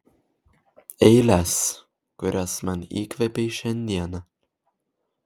eiles kurias man įkvėpei šiandieną